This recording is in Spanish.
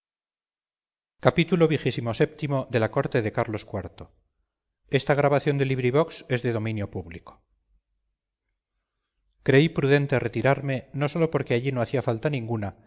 xxvi xxvii xxviii la corte de carlos iv de benito pérez galdós creí prudente retirarme no sólo porque allí no hacía falta ninguna